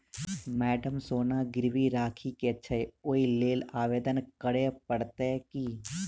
Madam सोना गिरबी राखि केँ छैय ओई लेल आवेदन करै परतै की?